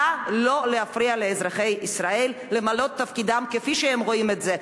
נא לא להפריע לאזרחי ישראל למלא את תפקידם כפי שהם רואים את זה,